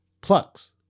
Plugs